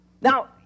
Now